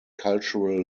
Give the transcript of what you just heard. cultural